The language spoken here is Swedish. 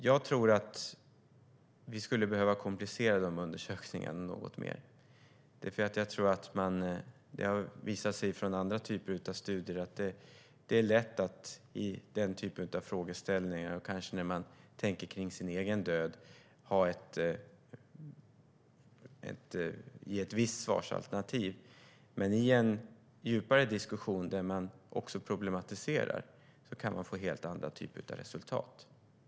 Jag tror att vi skulle behöva komplicera de undersökningarna något mer, för det har visat sig i andra typer av studier att det är lätt att vid den typen av frågeställningar om sin egen död ge ett visst svarsalternativ. Men i en djupare diskussion där man också problematiserar kan man få helt andra typer av resultat.